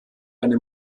eine